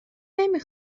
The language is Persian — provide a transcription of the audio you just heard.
نمی